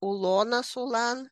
ulonas ulan